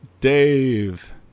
Dave